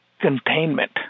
containment